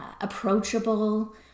approachable